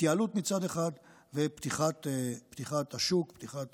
התייעלות מצד אחד ופתיחת השוק ופתיחת